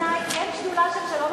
הם גם לא שדולה בכנסת,